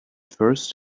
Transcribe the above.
first